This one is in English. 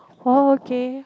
oh okay